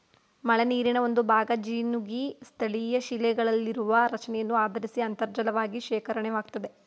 ಮಳೆನೀರಿನ ಒಂದುಭಾಗ ಜಿನುಗಿ ಸ್ಥಳೀಯಶಿಲೆಗಳಲ್ಲಿರುವ ರಚನೆಯನ್ನು ಆಧರಿಸಿ ಅಂತರ್ಜಲವಾಗಿ ಶೇಖರಣೆಯಾಗ್ತದೆ